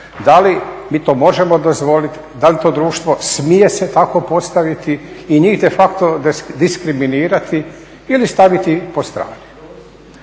da li mi to možemo dozvoliti, da li to društvo smije se tako postaviti i njih de facto diskriminirati ili staviti po strani?